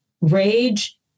rage